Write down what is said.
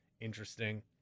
interesting